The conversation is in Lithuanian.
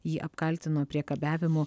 jį apkaltino priekabiavimu